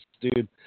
dude